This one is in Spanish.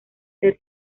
ser